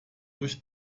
durch